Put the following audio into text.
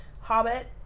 Hobbit